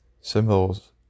symbols